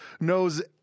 knows